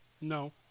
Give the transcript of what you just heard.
No